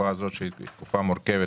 בתקופה הזאת שהיא תקופה מורכבת,